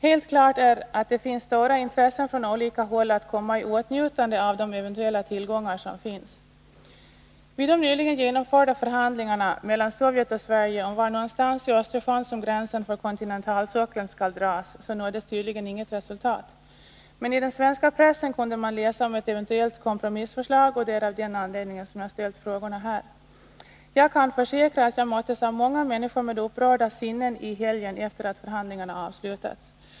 Helt klart är att det finns stora intressen från olika håll att komma i åtnjutande av de eventuella tillgångar som finns. Vid de nyligen genomförda förhandlingarna mellan Sovjet och Sverige om var i Östersjön gränsen för kontinentalsockeln skall dras nåddes tydligen inget resultat. Men i den svenska pressen kunde man läsa om ett eventuellt kompromissförslag, och det är av den anledningen jag ställt mina frågor. Jag kan försäkra att jag, helgen efter det att förhandlingarna avslutats, Nr 69 möttes av många människor med upprörda sinnen.